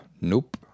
nope